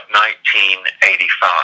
1985